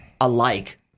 alike